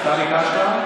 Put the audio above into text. אתה ביקשת?